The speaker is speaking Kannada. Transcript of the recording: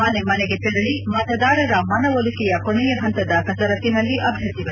ಮನೆ ಮನೆಗೆ ತೆರಳಿ ಮತದಾರರ ಮನವೊಲಿಕೆಯ ಕೊನೆಯ ಹಂತದ ಕಸರತ್ತಿನಲ್ಲಿ ಅಭ್ಯರ್ಥಿಗಳು